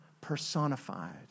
personified